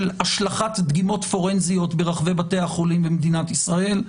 של השלכת דגימות פורנזיות ברחבי בתי החולים במדינת ישראל.